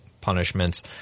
punishments